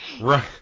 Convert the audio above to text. Right